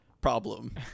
problem